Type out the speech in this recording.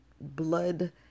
blood